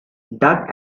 dug